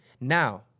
Now